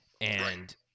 and-